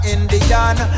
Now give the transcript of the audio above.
Indian